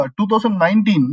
2019